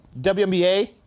WNBA